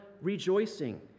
rejoicing